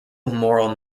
moral